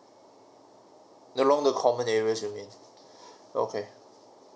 along the common areas you mean okay